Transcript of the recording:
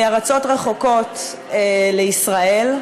מארצות רחוקות לישראל,